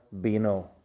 Beno